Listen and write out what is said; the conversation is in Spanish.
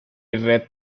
red